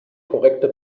korrekte